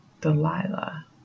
Delilah